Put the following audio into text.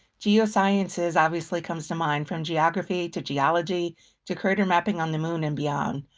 geosciences, obviously, comes to mind, from geography to geology to crater mapping on the moon and beyond.